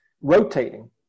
Rotating